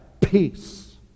peace